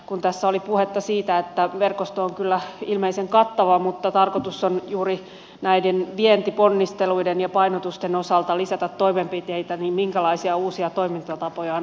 kun tässä oli puhetta siitä että verkosto on kyllä ilmeisen kattava mutta tarkoitus on juuri näiden vientiponnisteluiden ja painotusten osalta lisätä toimenpiteitä niin minkälaisia uusia toimintatapoja on ajateltu